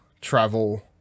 travel